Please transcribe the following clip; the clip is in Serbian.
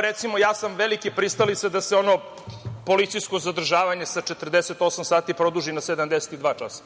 Recimo, ja sam veliki pristalica da se ono policijsko zadržavanja sa 48 sati produži na 72 časa.